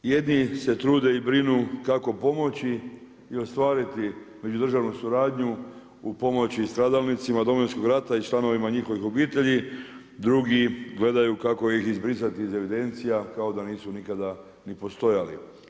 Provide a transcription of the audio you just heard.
Jedni se trude i brinu kako pomoći i ostvariti međudržavnu suradnju u pomoći i stradalnicima Domovinskoga rata i članovima njihovih obitelji, drugi gledaju kako ih izbrisati iz evidencija kao da nisu nikada ni postojali.